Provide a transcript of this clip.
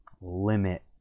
limit